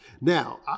Now